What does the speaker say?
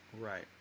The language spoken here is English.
Right